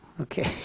okay